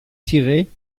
siret